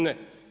Ne.